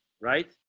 right